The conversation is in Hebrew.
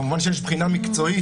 כמובן שיש בחינה מקצועית.